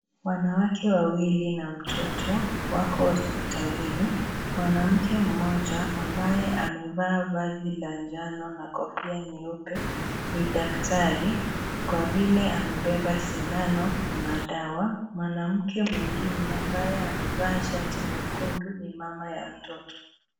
Wanawake wawili na mtoto, wako hospitalini, mwanamke mmoja ambaye amevaa vazi la njano na kofia nyeupe, ni daktari, kwa vile amebeba sindano, na dawa, mwanamke mwingine ambaye amevaa shati nyekundu, ni mama ya mtoto.